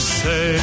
say